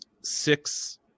six